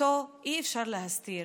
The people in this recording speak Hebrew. אותו אי-אפשר להסתיר.